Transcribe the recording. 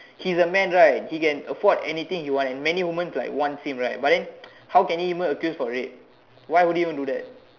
he's a man right he can afford anything he wants and many women would want him but then how can he get accused for rape why would he want to do that